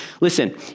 listen